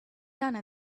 done